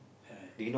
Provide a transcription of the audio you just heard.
correct